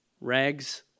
Rags